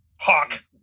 Hawk